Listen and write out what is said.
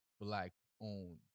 black-owned